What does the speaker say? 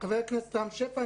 חבר הכנסת רם שפע,